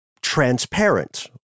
transparent